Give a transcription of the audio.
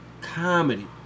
comedy